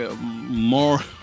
more